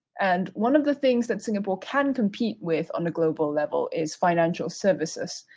and one of the things that singapore can compete with on a global level is financial services.